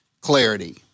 clarity